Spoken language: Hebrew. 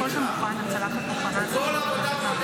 כל עבודה מועדפת,